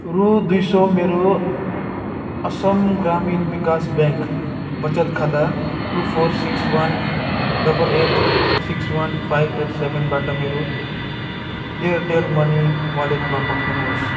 रु दुई सय मेरो असम ग्रामीण विकास ब्याङ्क वचत खाता two four six one double eight six one five eight सेभेनबाट मेरो एयरटेल मनी वालेटमा पठाउनुहोस्